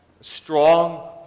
strong